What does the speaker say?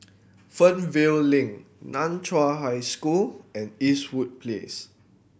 Fernvale Link Nan Chiau High School and Eastwood Place